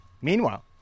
Meanwhile